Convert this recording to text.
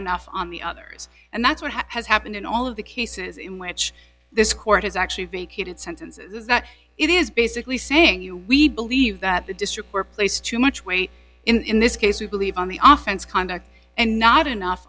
enough on the others and that's what has happened in all of the cases in which this court has actually vacated sentences that it is basically saying you we believe that the district were placed too much weight in this case we believe on the off chance conduct and not enough